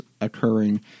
occurring